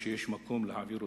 שיש מקום להעביר אותו,